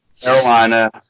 Carolina